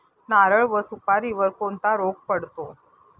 नारळ व सुपारीवर कोणता रोग पडतो?